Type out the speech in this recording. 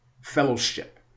fellowship